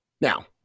Now